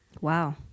Wow